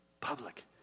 public